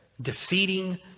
Defeating